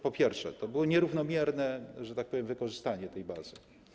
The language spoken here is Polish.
Po pierwsze, to było nierównomierne, że tak powiem, wykorzystanie tej bazy.